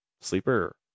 Sleeper